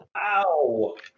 Ow